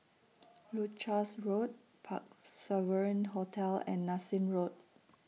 Leuchars Road Parc Sovereign Hotel and Nassim Road